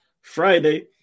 Friday